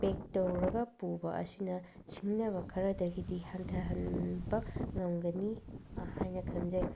ꯄꯦꯛ ꯇꯧꯔꯒ ꯄꯨꯕ ꯑꯁꯤꯅ ꯁꯤꯡꯅꯕ ꯈꯔꯗꯒꯤꯗꯤ ꯍꯟꯊꯍꯟꯕ ꯉꯝꯒꯅꯤ ꯍꯥꯏꯅ ꯈꯟꯖꯩ